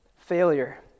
failure